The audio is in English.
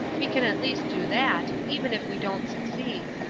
we can at least do that, even if we don't succeed.